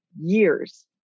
years